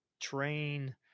train